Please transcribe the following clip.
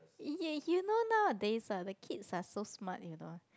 you you know nowadays ah the kids are so smart you know